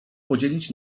podzielić